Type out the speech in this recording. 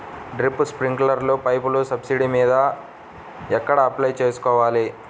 Drip, స్ప్రింకర్లు పైపులు subsidy మీద ఎక్కడ అప్లై చేసుకోవాలి?